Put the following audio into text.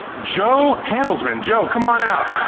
jo handelsmen. jo, come on out.